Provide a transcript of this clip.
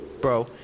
bro